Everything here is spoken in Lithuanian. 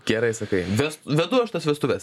gerai sakai ves vedu aš tas vestuves